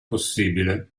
possibile